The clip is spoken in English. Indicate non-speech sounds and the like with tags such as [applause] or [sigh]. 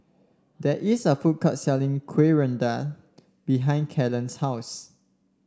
there is a food court selling kuih [unintelligible] behind Kellen's house